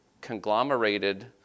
conglomerated